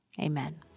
Amen